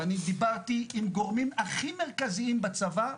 אני דיברתי עם הגורמים הכי מרכזיים בצבא,